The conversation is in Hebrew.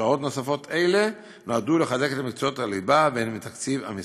שעות נוספות אלו נועדו לחזק את מקצועות הליבה והן מתקציב המשרד.